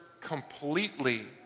completely